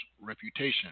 reputation